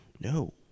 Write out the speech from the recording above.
No